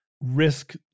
risk